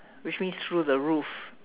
which means through the roof